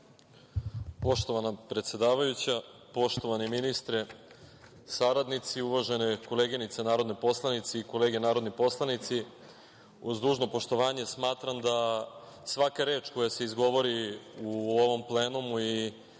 Poštovana predsedavajuća, poštovani ministre, saradnici, uvažene koleginice narodne poslanice i kolege narodni poslanici, uz dužno poštovanje smatram da svaka reč koja se izgovori u ovom plenumu i